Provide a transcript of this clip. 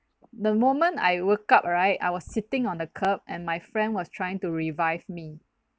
the moment I woke up right I was sitting on the curb and my friend was trying to revive me